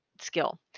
skill